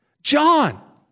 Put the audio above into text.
John